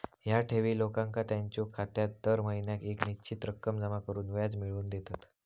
ह्या ठेवी लोकांका त्यांच्यो खात्यात दर महिन्याक येक निश्चित रक्कम जमा करून व्याज मिळवून देतत